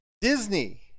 Disney